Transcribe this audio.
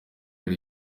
hari